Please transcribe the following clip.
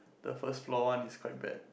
the first floor one is quite bad